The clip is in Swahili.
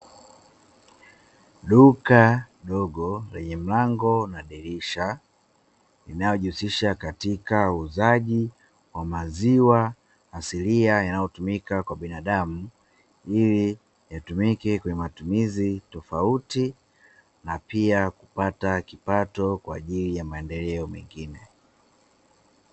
Duka dogo lenye mlango na dirisha, linalojihusisha katika uuzaji wa maziwa asilia yanayotumika kwa binadamu, ili yatumike kwenye matumizi tofauti na pia kupata kipato kwa ajili ya maendeleo mengine.